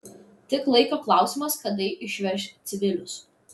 tik laiko klausimas kada išveš civilius